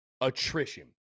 attrition